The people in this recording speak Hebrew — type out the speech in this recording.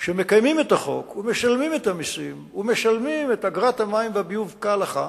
שמקיימים את החוק ומשלמים את המסים ומשלמים את אגרת המים והביוב כהלכה,